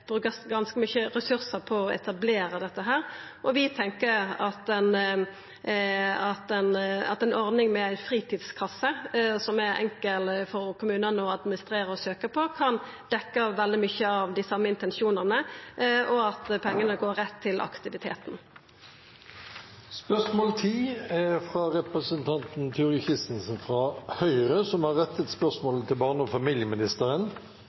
ganske mykje ressursar på å etablera det. Vi tenkjer at ei ordning med ei fritidskasse, som er enkel for kommunane å administrera og søkja på, kan dekkja veldig mykje av dei same intensjonane, og at pengane går rett til aktiviteten. Spørsmål 10 er fra representanten Turid Kristensen fra Høyre, som har rettet spørsmålet til barne- og familieministeren.